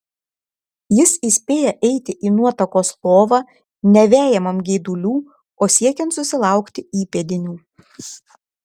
jis įspėja eiti į nuotakos lovą ne vejamam geidulių o siekiant susilaukti įpėdinių